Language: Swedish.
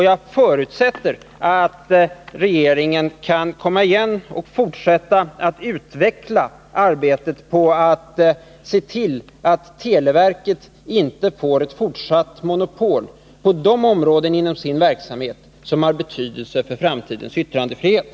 Jag förutsätter att regeringen kan komma igen och se till att televerket inte får ett fortsatt monopol på de områden inom dess verksamhet som har betydelse för framtidens yttrandefrihet.